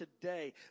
today